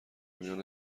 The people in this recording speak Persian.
میان